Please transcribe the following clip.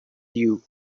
you